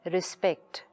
Respect